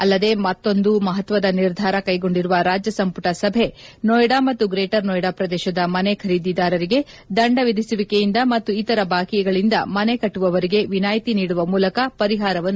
ಅಲ್ಲದೆ ಮತ್ತೊಂದು ಮಹತ್ವದ ನಿರ್ಧಾರ ಕೈಗೊಂಡಿರುವ ರಾಜ್ಜ ಸಂಪುಟ ಸಭೆ ನೋಯ್ಡಾ ಮತ್ತು ಗ್ರೇಟರ್ ನೋಯ್ಡಾ ಪ್ರದೇಶದ ಮನೆ ಖರೀದಿದಾರರಿಗೆ ದಂಡ ವಿಧಿಸುವಿಕೆಯಿಂದ ಮತ್ತು ಇತರ ಬಾಕಿಗಳಿಂದ ಮನೆಕಟ್ಟುವವರಿಗೆ ವಿನಾಯಿತಿ ನೀಡುವ ಮೂಲಕ ಪರಿಹಾರವನ್ನು ಒದಗಿಸಿದೆ